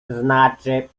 znaczy